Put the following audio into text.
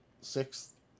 Sixth